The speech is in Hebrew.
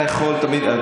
אתה יכול תמיד.